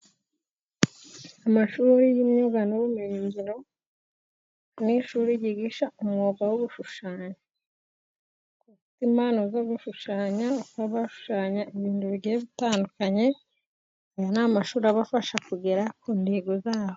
Amashuri y'imyuga n'ubumenyingiro, ni ishuri ryigisha umwuga wo gushushanya, kuko impano zo gushushanya, baba bashushanya ibintu bigiye bitandukanye aya n'amashuri abafasha, kugera ku ntego zabo.